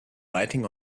biting